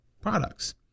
products